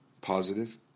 Positive